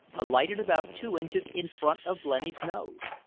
alighted about two inches in front of blenny's nose.